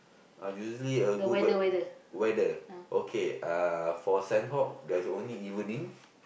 uh usually a good wea~ weather okay uh for Sanhok there's only evening